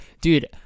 dude